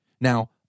Now